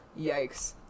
yikes